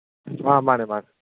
ꯑꯥ ꯃꯥꯅꯦ ꯃꯥꯅꯦ